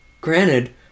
Granted